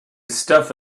stuff